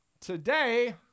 Today